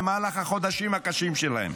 במהלך החודשים הקשים שלהם.